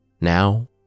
Now